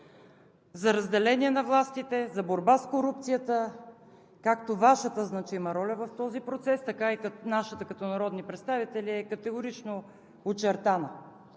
за разделение на властите, за борба с корупцията, както Вашата значима роля в този процес, така и нашата като народни представители, е категорично очертана,